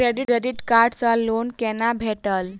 Credit card सँ loan कोना भेटत?